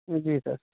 جی سر